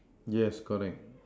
yes correct